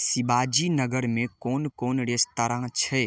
शिवाजी नगरमे कोन कोन रेस्तराँ छै